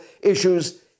issues